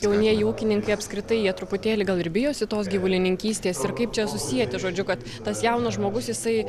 jaunieji ūkininkai apskritai jie truputėlį gal ir bijosi tos gyvulininkystės ir kaip čia susieti žodžiu kad tas jaunas žmogus jisai